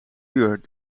uur